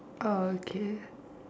orh okay